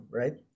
right